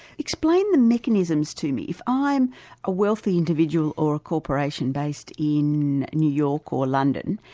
explain the mechanisms to me. if i'm a wealthy individual or a corporation based in new york or london,